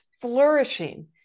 flourishing